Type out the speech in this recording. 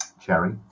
Cherry